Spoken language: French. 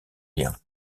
lien